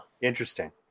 interesting